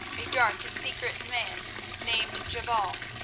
a dark and secret man named jebal,